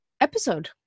episode